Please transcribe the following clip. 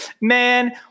man